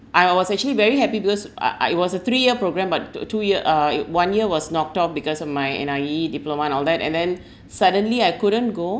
I was actually very happy because ah I it was a three year program but uh two year uh one year was knocked off because of my N_I_E diploma and all that and then suddenly I couldn't go